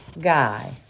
Guy